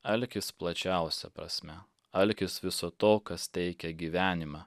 alkis plačiausia prasme alkis viso to kas teikia gyvenimą